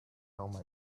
omen